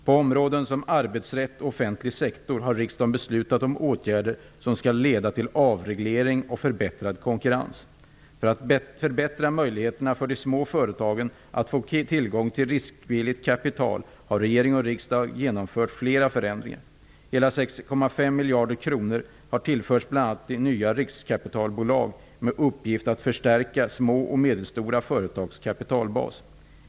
På områden som arbetsrätt och offentlig sektor har riksdagen beslutat om åtgärder som skall leda till avreglering och förbättrad konkurrens. För att förbättra möjligheterna för de små företagen att få tillgång till riskvilligt kapital har regering och riksdag genomfört flera förändringar. Hela 6,5 miljarder kronor har tillförts bl.a. nya riskkapitalbolag med uppgift att förstärka små och medelstora företags kapitalbas.